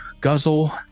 guzzle